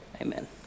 amen